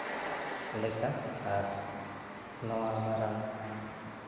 ᱞᱮᱠᱟ ᱟᱨ ᱱᱚᱣᱟ ᱢᱟᱨᱟᱝ